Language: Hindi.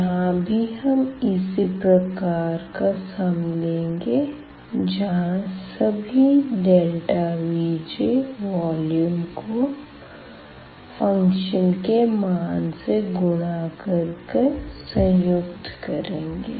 यहां भी हम इसी प्रकार का योग लेंगे जहां सभी Vj वॉल्यूम को फ़ंक्शन के मान से गुणा कर कर संयूकत करेंगे